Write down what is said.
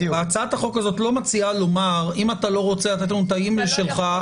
הצעת החוק הזאת לא מציעה לומר שאם אתה לא רוצה לתת לנו את האימייל שלך,